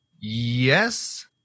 Yes